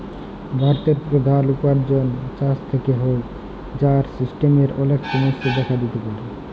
ভারতের প্রধাল উপার্জন চাষ থেক্যে হ্যয়, যার সিস্টেমের অলেক সমস্যা দেখা দিতে পারে